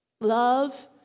love